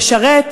לשרת,